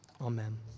amen